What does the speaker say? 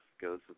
goes